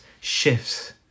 shifts